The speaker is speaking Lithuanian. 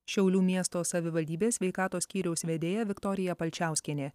šiaulių miesto savivaldybės sveikatos skyriaus vedėja viktorija palčiauskienė